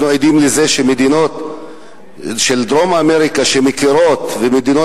אנחנו עדים לזה שמדינות דרום-אמריקה מכירות במדינה